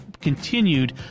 continued